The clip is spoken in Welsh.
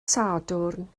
sadwrn